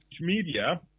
media